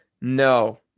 No